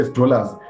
dollars